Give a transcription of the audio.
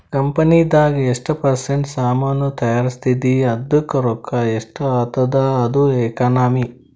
ಕಂಪನಿದಾಗ್ ಎಷ್ಟ ಪರ್ಸೆಂಟ್ ಸಾಮಾನ್ ತೈಯಾರ್ಸಿದಿ ಅದ್ದುಕ್ ರೊಕ್ಕಾ ಎಷ್ಟ ಆತ್ತುದ ಅದು ಎಕನಾಮಿ